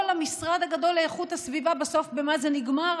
כל המשרד הגדול לאיכות הסביבה, בסוף, במה זה נגמר?